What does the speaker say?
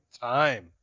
time